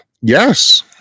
Yes